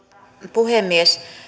puhemies